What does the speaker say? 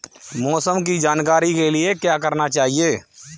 मौसम की जानकारी के लिए क्या करना चाहिए?